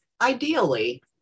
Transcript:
Ideally